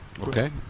Okay